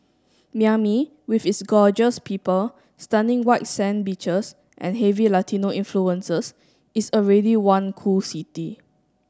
Miami with its gorgeous people stunning white sand beaches and heavy Latino influences is already one cool city